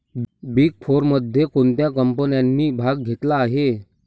Big फोरमध्ये कोणत्या कंपन्यांनी भाग घेतला आहे?